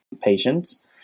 patients